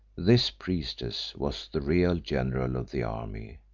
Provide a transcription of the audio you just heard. this priestess was the real general of the army,